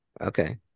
Okay